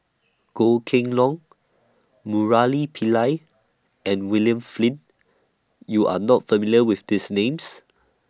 Goh Kheng Long Murali Pillai and William Flint YOU Are not familiar with These Names